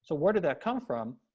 so where did that come from?